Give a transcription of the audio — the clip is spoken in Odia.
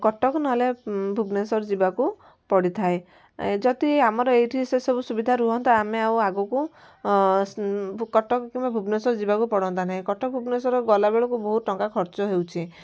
କଟକ ନହେଲେ ଭୁବନେଶ୍ୱର ଯିବାକୁ ପଡ଼ିଥାଏ ଏ ଯଦି ଏଇଠି ଆମର ସେସବୁ ସୁବିଧା ରୁହନ୍ତା ଆମେ ଆଉ ଆଗକୁ କଟକ କିମ୍ବା ଭୁବନେଶ୍ୱର ଯିବାକୁ ପଡ଼ନ୍ତା ନାହିଁ କଟକ ଭୁବନେଶ୍ୱର ଗଲାବେଳକୁ ବହୁତ ଟଙ୍କା ଖର୍ଚ୍ଚ ହେଉଛି